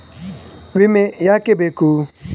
ವಿಮೆ ಯಾಕೆ ಬೇಕು?